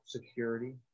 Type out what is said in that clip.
Security